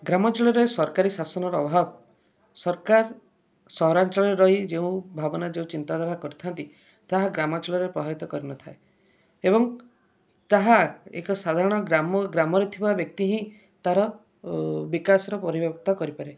ଗ୍ରାମାଞ୍ଚଳରେ ସରକାରୀ ଶାସନର ଅଭାବ ସରକାର ସହରା ଅଞ୍ଚଳରେ ରହି ଯେଉଁ ଭାବନା ଯେଉଁ ଚିନ୍ତାଧାରା କରିଥାନ୍ତି ତାହା ଗ୍ରାମାଞ୍ଚଳରେ ପ୍ରଭାବିତ କରିନଥାଏ ଏବଂ ତାହା ଏକ ସାଧାରଣତଃ ଗ୍ରାମରେ ଥିବା ବ୍ୟକ୍ତି ହିଁ ତାର ବିକାଶ ର ପରିବର୍ତ୍ତନ କରିପାରେ